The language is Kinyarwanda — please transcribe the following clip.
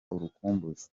urukumbuzi